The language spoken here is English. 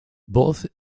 both